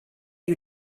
you